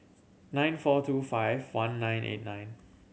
nine four two five one nine eight nine